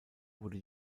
wurde